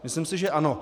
Myslím si, že ano.